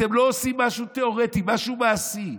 אתם לא עושים משהו תיאורטי, משהו מעשי.